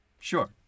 Sure